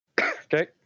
Okay